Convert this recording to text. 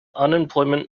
unemployment